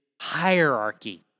hierarchy